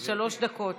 שלוש דקות.